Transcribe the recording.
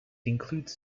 includes